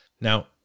Now